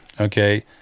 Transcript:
Okay